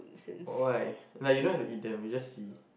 but why like you don't have to indent you see just